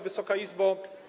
Wysoka Izbo!